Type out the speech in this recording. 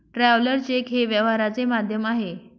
traveller cheque हे व्यवहाराचे माध्यम आहे